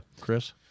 Chris